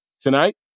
tonight